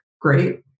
great